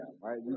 right